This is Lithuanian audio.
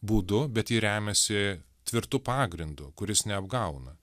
būdu bet ji remiasi tvirtu pagrindu kuris neapgauna